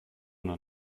noch